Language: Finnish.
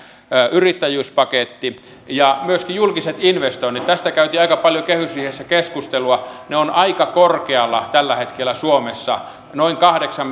yrittäjyyspaketti myöskin julkiset investoinnit tästä käytiin aika paljon kehysriihessä keskustelua ovat aika korkealla tällä hetkellä suomessa noin kahdeksan